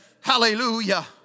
Hallelujah